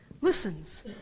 listens